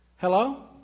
Hello